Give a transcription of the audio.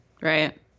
Right